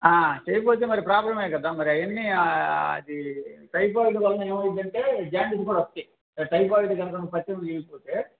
చెయ్యకపోతే మరి ప్రాబ్లమే కదా మరి అవన్ని అది టైఫాయిడ్ వలన ఏమవుతుందంటే జాండీస్ కూడా వస్తాయి టైఫాయిడ్ కనుక పత్యం చెయ్యకపోతే